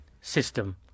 system